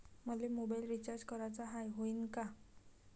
मले mobile recharge कराचा हाय, होईनं का?